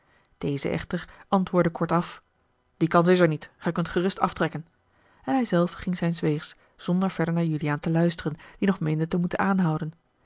deze echter antwoordde kortaf die kans is er niet gij kunt gerust aftrekken en hij zelf ging zijns weegs zonder verder naar juliaan te luisteren die nog meende te moeten aanhoua